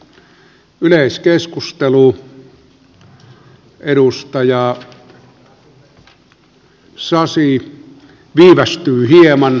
edustaja sasi viivästyy hieman